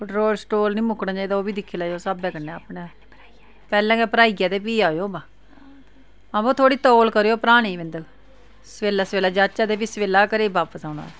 petrol शेट्रोल नी मुक्कना चाहिदा ओह् बी दिक्खी लैओ स्हाबै कन्नै अपनै पैह्लें गै भराइयै ते फ्ही आओ बा अवा थोह्ड़ी तौल करेओ भराने बिंद सवेल्लै सवेल्लै जाचै ते फ्ही सवेल्लै गै घरे बापस औना